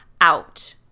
out